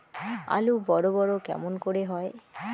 আলু বড় বড় কেমন করে হয়?